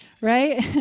right